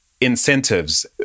incentives